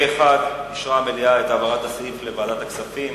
פה-אחד אישרה המליאה את העברת הסעיף לוועדת הכספים.